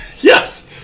Yes